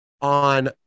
on